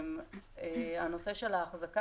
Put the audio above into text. הנושא של האחזקה,